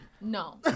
No